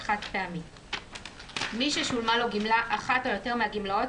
התשפ"א 2020 תיקון חוק הביטוח הלאומי, הוראת שעה 1. בתקופה